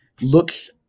looks